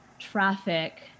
traffic